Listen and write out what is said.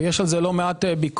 ויש על זה לא מעט ביקורת,